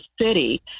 city